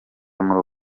muri